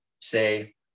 say